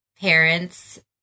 parents